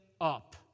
up